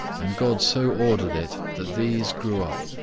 and god so ordered it that these grew up,